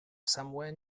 somewhere